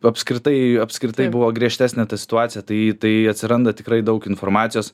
apskritai apskritai buvo griežtesnė ta situacija tai tai atsiranda tikrai daug informacijos